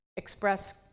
Express